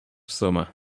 summer